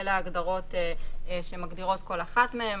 אלה ההגדרות שמגדירות כל אחת מהן,